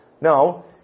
No